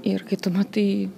ir kai tu matai